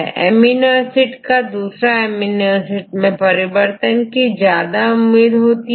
एक amino acid का दूसरे अमीनो एसिड से परिवर्तन की ज्यादा उम्मीद होती है किंतु insertion औरdeletion की उम्मीद कम होती है